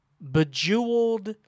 bejeweled